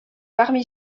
parmi